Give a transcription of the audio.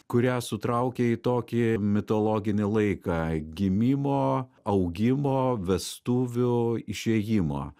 kurią sutraukė į tokį mitologinį laiką gimimo augimo vestuvių išėjimo